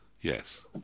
Yes